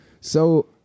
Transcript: So-